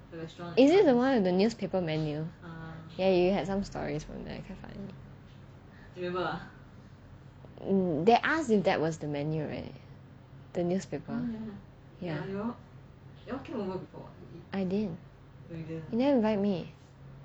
is it the one with the newspaper menu ya you had some stories from there quite funny they asked if that was the menu right the newspaper yeah I didn't you never invite me